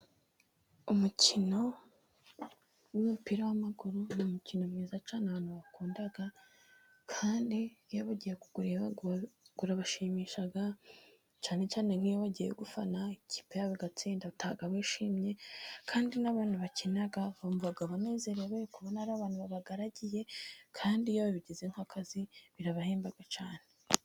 Umukino w'umupira w'amaguru ,ni umukino mwiza cyane abantu bakunda, kandi iyo bagiye kuwureba urabashimisha, cyane cyane nk'iyo wagiye gufana ikipe yawe igatsinda, utaha wishimye kandi n'abantu bakina bumva banezerewe, kubona hari abantu babagaragiye, kandi iyo babigize nk'akazi birabahemba cyane.